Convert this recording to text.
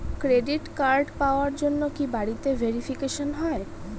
Credit card পাওয়ার জন্য কি বাড়িতে ভেরিফিকেশন হয়?